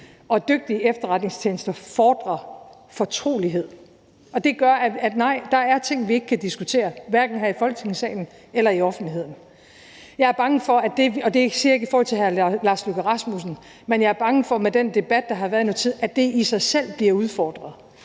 og dygtige efterretningstjenester fordrer fortrolighed, og det gør, at nej, der er ting, vi ikke kan diskutere, hverken her i Folketingssalen eller i offentligheden. Jeg er bange for, og det siger jeg ikke i forhold